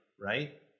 right